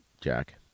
Jack